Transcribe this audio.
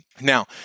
Now